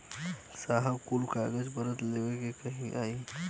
साहब कुल कागज पतर लेके कहिया आई?